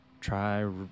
try